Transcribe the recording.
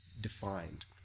defined